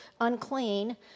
unclean